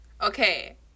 Okay